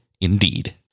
Indeed